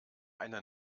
eine